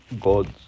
God's